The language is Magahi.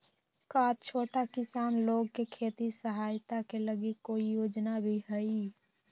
का छोटा किसान लोग के खेती सहायता के लगी कोई योजना भी हई?